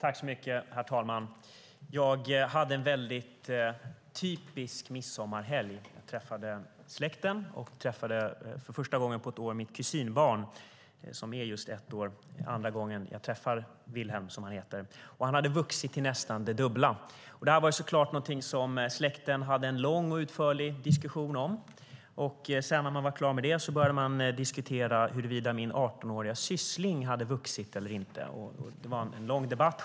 Herr talman! Jag hade en mycket typisk midsommarhelg. Jag träffade släkten, och jag träffade för första gången på ett år mitt kusinbarn som är just ett år. Det var andra gången som jag träffade Wilhelm, som han heter. Han hade vuxit till nästan det dubbla. Detta var såklart någonting som släkten hade en lång och utförlig diskussion om. När man hade diskuterat det började man diskutera huruvida min artonåriga syssling hade vuxit eller inte. Det var en lång debatt.